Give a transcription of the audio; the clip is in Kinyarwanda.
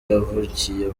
yavukiye